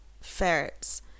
ferrets